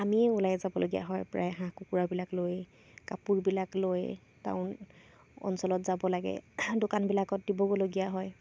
আমিয়ে ওলাই যাবলগীয়া হয় প্ৰায় হাঁহ কুকুৰাবিলাক লৈ কাপোৰবিলাক লৈ টাউন অঞ্চলত যাব লাগে দোকানবিলাকত দিবগৈলগীয়া হয়